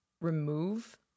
remove